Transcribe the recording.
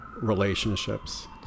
relationships